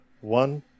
One